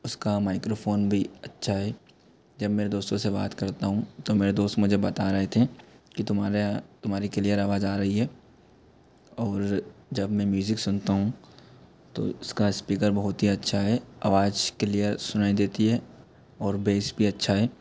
उसका माइक्रोफोन भी अच्छा है जब मेरे दोस्तों से बात करता हूँ तो मेरे दोस्त मुझे बता रहे थे कि तुम्हारे तुम्हारी क्लियर आवाज आ रही है और जब मैं म्यूजिक सुनता हूँ तो इसका स्पीकर बहुत ही अच्छा है आवाज क्लियर सुनाई देती है और बेस भी अच्छा है